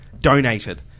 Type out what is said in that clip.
donated